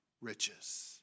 riches